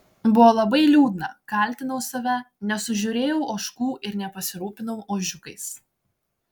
buvo labai liūdna kaltinau save nesužiūrėjau ožkų ir nepasirūpinau ožiukais